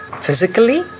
physically